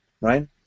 Right